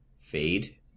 fade